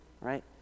right